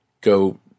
go